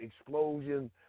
explosion